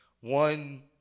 one –